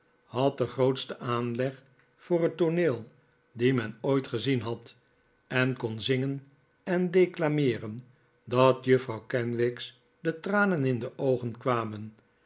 had den grootsten aanleg voor het tooneel dien men ooit gezieri had en kon zingen en declameeren dat juffrouw kenwigs de tranen in de oogen kwamen